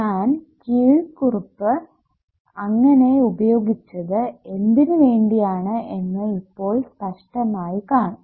ഞാൻ കീഴ്ക്കുറിപ്പ് അങ്ങനെ ഉപയോഗിച്ചത് എന്തിനു വേണ്ടിയാണ് എന്ന് ഇപ്പോൾ സ്പഷ്ടമായി കാണും